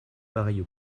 pareille